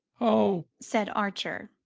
oh, said archer,